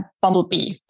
bumblebee